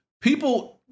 people